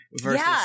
versus